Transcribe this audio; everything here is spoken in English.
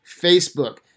Facebook